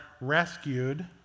rescued